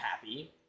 happy